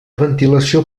ventilació